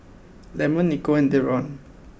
Lemon Nicole and Deron